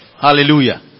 Hallelujah